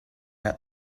out